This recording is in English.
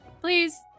Please